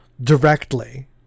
directly